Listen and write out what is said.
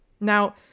Now